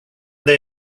they